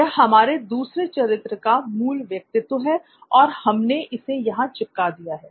यह हमारे दूसरे चरित्र का मूल व्यक्तित्व है और हमने इसे यहां चिपका दिया है